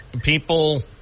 people